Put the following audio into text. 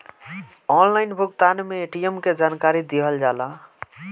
Online भुगतान में ATM के जानकारी दिहल जाला?